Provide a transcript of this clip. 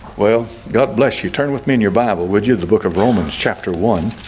well, god bless you turn with me in your bible, would you the book of romans chapter one